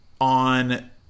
on